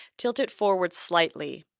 tilt it forward slightly,